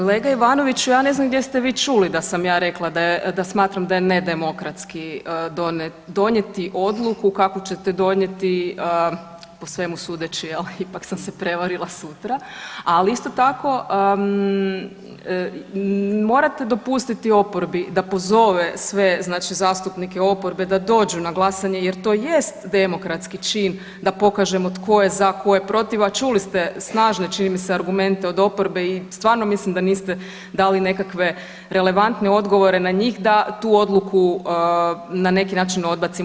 Kolega Ivanović, ja ne znam gdje ste vi čuli da sam ja rekla da smatram da je nedemokratski donijeti odluku kakvu ćete donijeti, po svemu sudeći jel, ipak sam se prevarila, sutra, ali isto tako morate dopustiti oporbi da pozove sve znači zastupnike oporbe da dođu na glasanje, jer to jest demokratski čin da pokažemo tko je za, tko je protiv, a čuli ste snažne čini mi se, argumente od oporbe i stvarno mislim da niste dali nekakve relevantne odgovore na njih da tu odluku na neki način odbacimo.